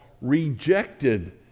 rejected